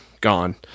gone